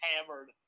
hammered